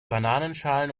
bananenschalen